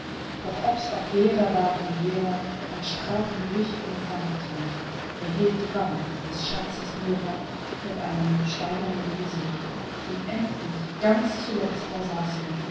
doch ob's auch leerer ward und leerer van straten wich und wankte nicht er hielt die bank des schatzes mehrer mit einem steinernen gesicht und endlich ganz zuletzt da saßen